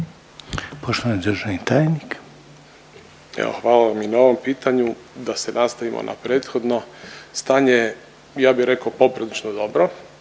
Vedran** Evo hvala vam na ovom pitanju, da se nastavimo na prethodno. Stanje je ja bih rekao poprilično dobro